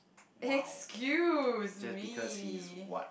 excuse me